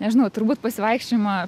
nežinau turbūt pasivaikščiojimą